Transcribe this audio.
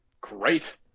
great